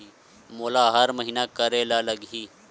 मोला हर महीना करे ल लगही?